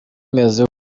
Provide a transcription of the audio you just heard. rumeze